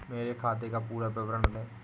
मेरे खाते का पुरा विवरण दे?